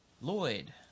Lloyd